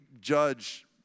judge